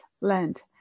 land